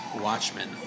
Watchmen